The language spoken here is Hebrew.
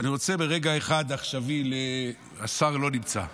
אני רוצה ברגע אחד, עכשיו, השר לא נמצא.